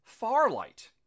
Farlight